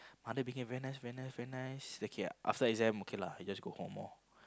mother became very nice very nice very nice okay ah after exam okay lah I just go home lor